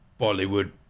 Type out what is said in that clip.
bollywood